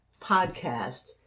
podcast